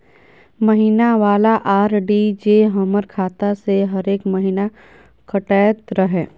महीना वाला आर.डी जे हमर खाता से हरेक महीना कटैत रहे?